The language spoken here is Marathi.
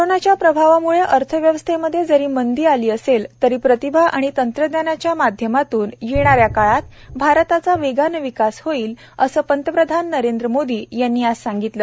कोरोनाचा प्रभावामुळे अर्थव्यवस्थेमध्ये जरी मंदी आली असेल तरी प्रतिभा आणि तंत्रज्ञानाच्या माध्यमातून येणाऱ्या काळात भारताचा वेगाने विकास होईल असं पंतप्रधान नरेंद्र मोदी यांनी आज सांगितले